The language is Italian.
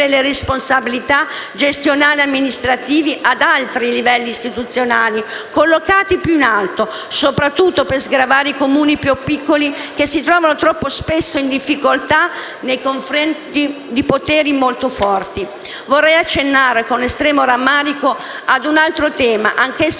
le responsabilità gestionali amministrative ad altri livelli istituzionali, collocati più in alto, soprattutto per sgravare i Comuni più piccoli, che si trovano troppo spesso in difficoltà nei confronti di poteri molto forti. Vorrei accennare, con estremo rammarico, a un altro tema, anch'esso